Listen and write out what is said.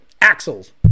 Axles